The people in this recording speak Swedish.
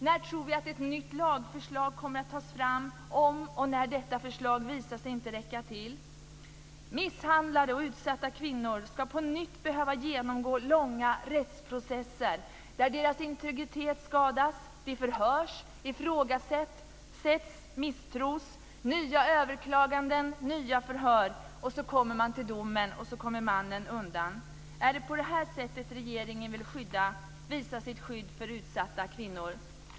När tror vi att ett nytt lagförslag kommer att tas fram om och när detta förslag visar sig inte räcka till? Misshandlade och utsatta kvinnor ska på nytt behöva genomgå långa rättsprocesser där deras integritet skadas. De förhörs, ifrågasätts, misstros. Det blir nya överklaganden och nya förhör. Så kommer man till domen, och så kommer mannen undan. Är det på det här sättet regeringen vill visa sitt skydd för utsatta kvinnor?